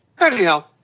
Anyhow